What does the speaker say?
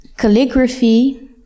calligraphy